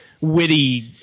witty